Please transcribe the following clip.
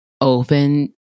open